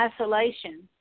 isolation